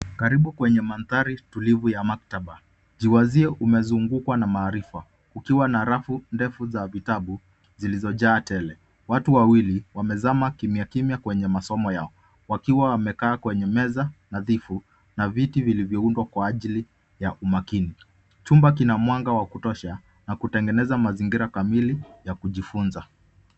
Karibu kwenye mandhari tulivu ya maktaba. Jiwazie umezungukwa na maarifa, ukiwa na rafu ndefu za vitabu, zilizojaa tele. Watu wawili wamezama kimya kimya kwenye masomo yao, wakiwa wamekaa kwenye meza nadhifu na viti vilivyoundwa kwa ajili ya umakini. Chumba kina mwanga wa kutosha na kutengeneza mazingira kamili ya kujifunza.